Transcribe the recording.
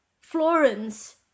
Florence